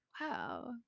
wow